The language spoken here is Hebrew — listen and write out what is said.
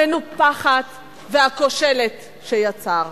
המנופחת והכושלת שיצר.